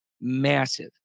massive